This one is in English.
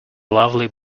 lovely